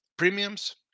premiums